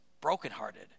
brokenhearted